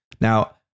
Now